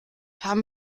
haben